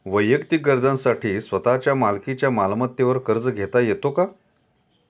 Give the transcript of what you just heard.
वैयक्तिक गरजांसाठी स्वतःच्या मालकीच्या मालमत्तेवर कर्ज घेता येतो का?